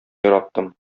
яраттым